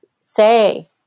say